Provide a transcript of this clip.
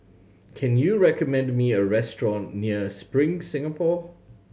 can you recommend me a restaurant near Spring Singapore